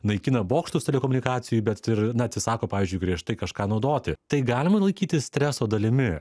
naikina bokštus telekomunikacijų bet ir na atsisako pavyzdžiui griežtai kažką naudoti tai galima laikyti streso dalimi